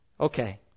Okay